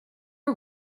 are